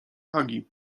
hagi